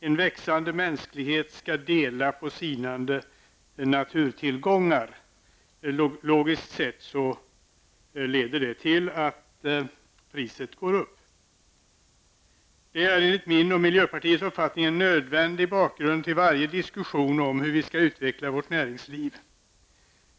En växande mänsklighet skall dela på sinande naturtillgångar. Logiskt sett leder det till att priset går upp. Detta är enligt min och miljöpartiets uppfattning en nödvändig bakgrund till varje diskussion om hur vi skall utveckla vårt näringsliv.